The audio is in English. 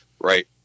right